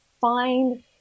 find